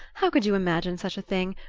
how could you imagine such a thing?